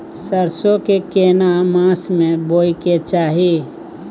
सरसो के केना मास में बोय के चाही?